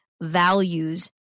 values